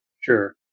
Sure